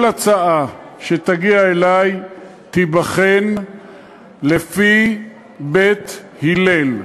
כל הצעה שתגיע אלי תיבחן לפי שיטת בית הלל,